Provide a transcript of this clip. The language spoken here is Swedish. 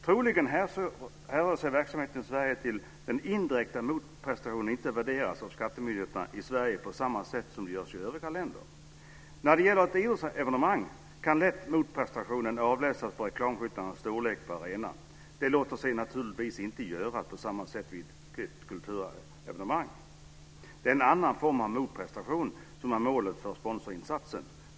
Troligen härrör sig tveksamheten i Sverige från att indirekta motprestationer inte värderas av skattemyndigheterna i Sverige på samma sätt som görs i övriga länder. När det gäller ett idrottsevenemang kan motprestationen lätt avläsas av reklamskyltarnas storlek på arenan. Det låter sig naturligtvis inte göras på samma sätt vid ett kulturevenemang. Där är det en annan form av motprestation som är målet för sponsorinsatsen.